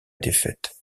défaite